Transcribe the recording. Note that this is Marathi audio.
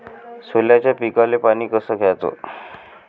सोल्याच्या पिकाले पानी कस द्याचं?